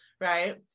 Right